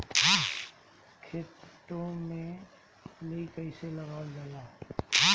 खेतो में लेप कईसे लगाई ल जाला?